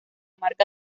marca